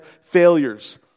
failures